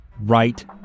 right